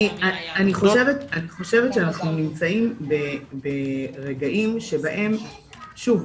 אני חושבת שאנחנו נמצאים ברגעים שבהם שוב,